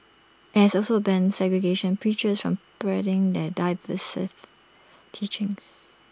IT has also banned segregationist preachers from spreading their divisive teachings